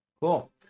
Cool